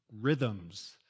rhythms